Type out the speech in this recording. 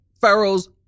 Pharaoh's